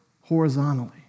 horizontally